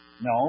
No